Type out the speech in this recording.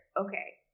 okay